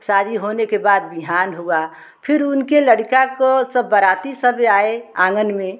शादी होने के बाद भियान हुआ फिर उनके लड़का को सब बराती सब आए आँगन में